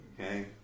Okay